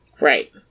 right